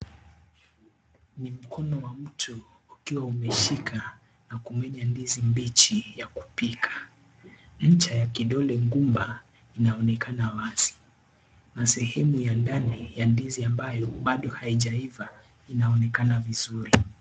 Ni mkono wa mtu ukiwa umeshika na kumenya ndizi mbichi ya kupika, nje ya kidole gumba inaonekana wazi. Masehemu ya ndani ya ndizi ambayo bado haijaiva inaonekana vizuri.